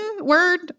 word